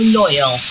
loyal